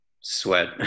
sweat